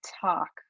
talk